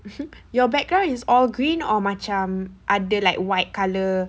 your background is all green or macam ada like white colour